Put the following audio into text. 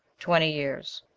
twenty years.